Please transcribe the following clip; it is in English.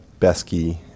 Besky